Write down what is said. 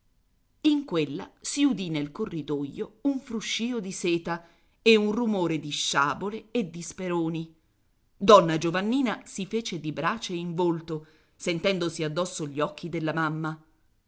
in quella si udì nel corridoio un fruscìo di seta e un rumore di sciabole e di speroni donna giovannina si fece di brace in volto sentendosi addosso gli occhi della mamma